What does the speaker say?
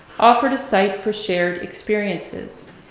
offered a site for shared experiences,